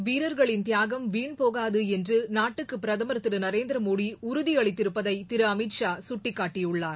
வீரர்களின் தியாகம் வீண் போகாது என்று நாட்டுக்கு பிரதமர் திரு நரேந்திரமோடி உறுதியளித்திருப்பதை திரு அமித் ஷா குட்டிக்காட்டியுள்ளார்